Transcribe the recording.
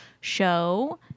show